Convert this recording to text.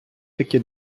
таки